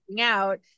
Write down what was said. out